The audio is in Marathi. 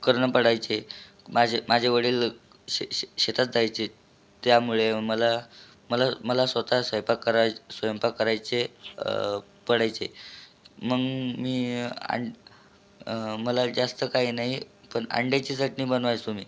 करणं पडायचे माझे माझे वडील शे शे शेतात जायचे त्यामुळे मला मला मला स्वतः स्वयंपाक कराय स्वयंपाक करायचे पडायचे मग मी आणि मला जास्त काही नाही पण अंड्याची चटणी बनवायचो मी